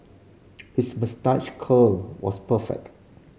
his moustache curl was perfect